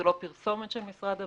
זו לא פרסומת של משרד הבריאות.